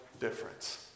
difference